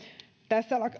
tässä